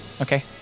Okay